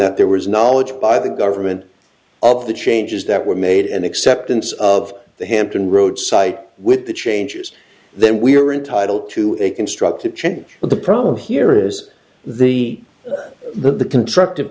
that there was knowledge by the government of the changes that were made an acceptance of the hampton roads site with the changes then we are entitled to a constructive change but the problem here is the the contract